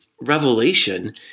revelation